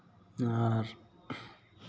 ᱟᱨ